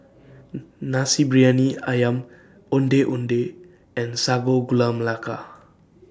Nasi Briyani Ayam Ondeh Ondeh and Sago Gula Melaka